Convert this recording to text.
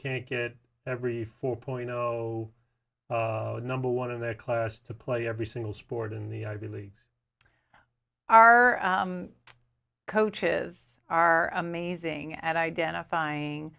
can get every four point zero number one of their class to play every single sport in the ivy league our coaches are amazing at identifying